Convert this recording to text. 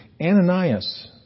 Ananias